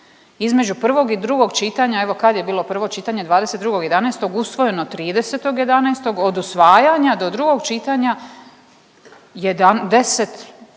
Između prvog i drugog čitanja evo kad je bilo prvo čitanje 22.11. usvojeno 30.11., od usvajanja do drugog čitanja je